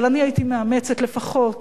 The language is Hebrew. אבל אני הייתי מאמצת לפחות